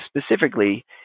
specifically